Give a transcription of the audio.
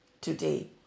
today